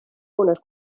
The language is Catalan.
unes